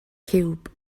ciwb